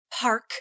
park